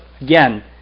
again